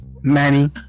Manny